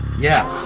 yeah.